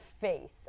face